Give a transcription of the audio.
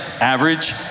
Average